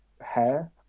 Hair